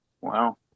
Wow